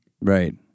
Right